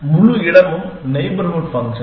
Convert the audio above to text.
முழு இடமும் neighbourhood function